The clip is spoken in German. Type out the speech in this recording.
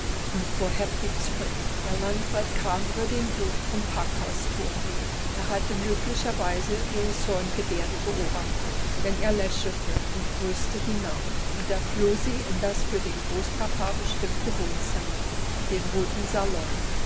und fuhr heftig zurück der landrat kam über den hof vom packhausthor her er hatte möglicherweise ihre zorngebärde beobachtet denn er lächelte und grüßte hinauf und da floh sie in das für den großpapa bestimmte wohnzimmer den roten salon